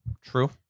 true